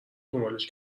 دنبالش